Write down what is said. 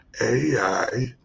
AI